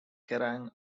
kerrang